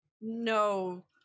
no